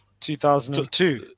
2002